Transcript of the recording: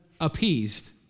appeased